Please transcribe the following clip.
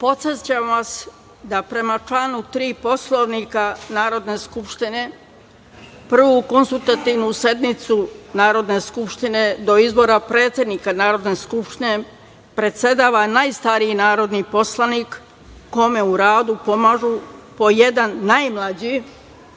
vas da, prema članu 3. Poslovnika Narodne skupštine, Prvoj (konstitutivnoj) sednici Narodne skupštine do izbora predsednika Narodne skupštine predsedava najstariji narodni poslanik, kome u radu pomažu po jedan, najmlađi,